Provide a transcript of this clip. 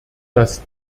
dass